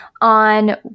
on